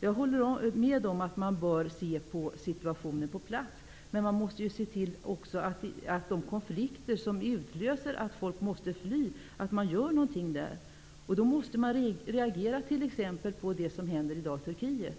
Jag håller med om att man bör se på situationen på plats, men man måste också se till att göra någonting när konflikter utlöser att folk måste fly. Man måste t.ex. reagera på det som händer i Turkiet i dag.